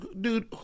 dude